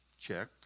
Check